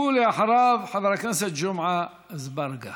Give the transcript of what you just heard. ואחריו, חבר הכנסת ג'מעה אזברגה.